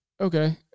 okay